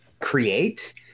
create